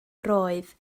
roedd